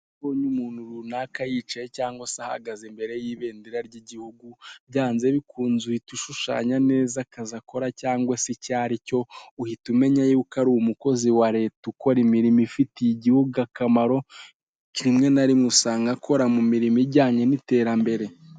Iyo ubonye umuntu runaka, yicaye cyangwa se ahagaze imbere y'ibendera ry'igihugu, byanze bikunze uhita ushushanya neza akazi akora, cyangwa se icyo aricyo, uhita umenya yuko ari umukozi wa leta, ukora imirimo ifitiye igihugu akamaro, rimwe na rimwe usanga akora mu mirimo ijyanye n'iterambere.